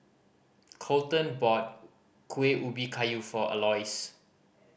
Colten bought Kuih Ubi Kayu for Aloys